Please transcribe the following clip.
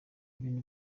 ibintu